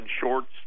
shorts